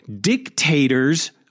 dictators